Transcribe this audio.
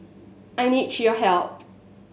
I need your help